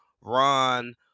ron